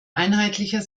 einheitlicher